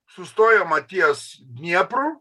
sustojama ties dniepru